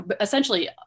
essentially